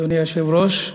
אדוני היושב-ראש,